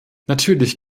natürlich